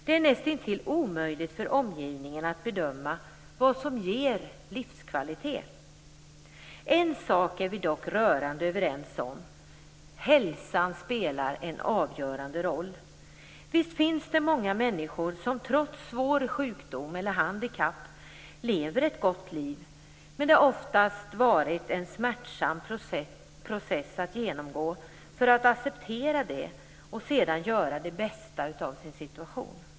Det är nästintill omöjligt för omgivningen att bedöma vad som ger livskvalitet. En sak är vi dock rörande överens om: Hälsan spelar en avgörande roll. Visst finns det många människor som trots svår sjukdom eller handikapp lever ett gott liv. Men det har oftast varit en smärtsam process att genomgå för att acceptera det och sedan göra det bästa av sin situation.